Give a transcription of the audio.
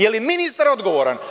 Da li je ministar odgovoran?